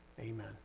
Amen